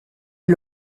est